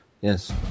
Yes